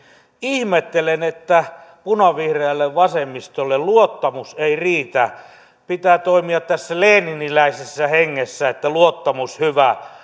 ihmettelen että punavihreälle vasemmistolle luottamus ei riitä pitää toimia tässä leniniläisessä hengessä että luottamus hyvä